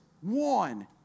One